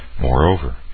Moreover